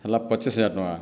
ହେଲା ପଚିଶ ହଜାର ଟଙ୍କା